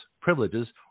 privileges